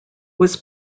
was